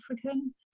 African